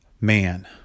man